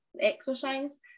exercise